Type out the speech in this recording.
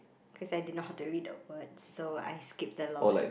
cause I didn't know how to read the word so I skipped a lot